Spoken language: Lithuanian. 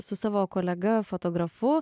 su savo kolega fotografu